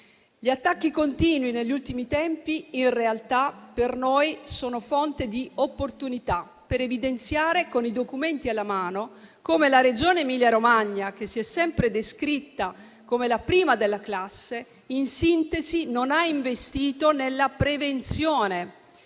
Gli attacchi continui degli ultimi tempi, in realtà, per noi sono fonte di opportunità per evidenziare, con i documenti alla mano, come la Regione Emilia-Romagna, che si è sempre descritta come la prima della classe, in sintesi non ha investito nella prevenzione.